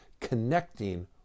connecting